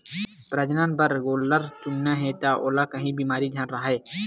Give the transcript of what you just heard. प्रजनन बर गोल्लर चुनना हे त ओला काही बेमारी झन राहय